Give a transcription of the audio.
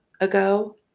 ago